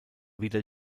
wieder